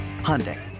Hyundai